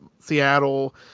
Seattle